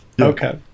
Okay